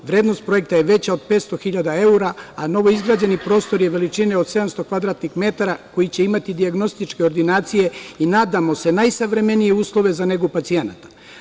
Vrednost projekta je veća od 500.000 evra, a novoizgrađeni prostor je veličine od 700 m2 koji će imati dijagnostičke ordinacije i nadamo se najsavremenije uslove za negu pacijenata.